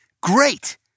Great